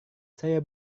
saya